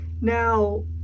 now